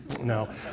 no